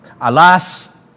Alas